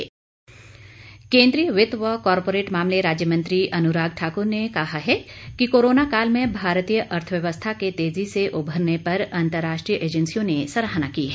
अनुराग ठाकुर केंद्रीय वित्त व कॉरपोरेट मामले राज्य मंत्री अनुराग ठाक्र ने कहा है कि कोरोना काल में भारतीय अर्थव्यवस्था के तेजी से उभरने पर अंतर्राष्ट्रीय एजंसियों ने सराहना की है